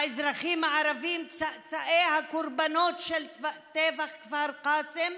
האזרחים הערבים, צאצאי הקורבנות של טבח כפר קאסם,